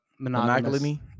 monogamy